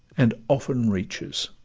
and often reaches.